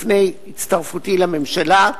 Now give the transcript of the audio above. לפני הצטרפותי לממשלה,